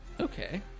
Okay